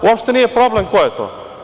Uopšte nije problem ko je to.